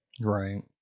right